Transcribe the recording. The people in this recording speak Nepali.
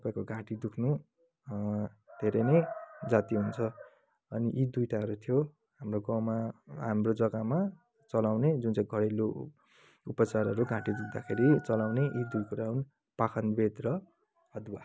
तपाईँको घाँटी दुख्नु धेरै नै जाती हुन्छ अनि यी दुईवटाहरू थियो हाम्रो गाउँमा हाम्रो जग्गामा चलाउने जुन चाहिँ घरेलु उपचारहरू घाँटी दुख्दाखेरि चलाउने यी दुई कुरा हुन् पाखनबेत र अदुवा